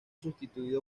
sustituido